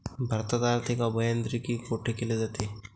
भारतात आर्थिक अभियांत्रिकी कोठे केले जाते?